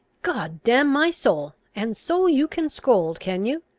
god damn my soul! and so you can scold, can you?